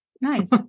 Nice